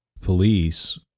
police